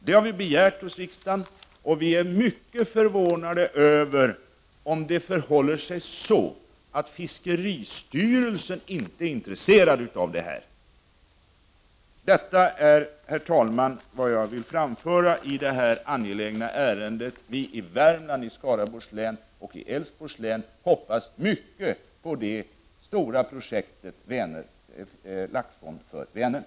Vi har begärt detta hos riksdagen, och vi blir mycket förvånade om det förhåller sig så att fiskeristyrelsen inte är intresserad av detta. Herr talman! Detta är vad jag vill framföra i detta angelägna ärende. Vi i Värmland, Skaraborgs läns och i Älvsborgs län hoppas mycket på det stora projektet Laxfond för Vänern.